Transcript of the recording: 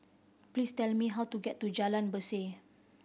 please tell me how to get to Jalan Berseh